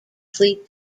sleep